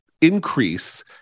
increase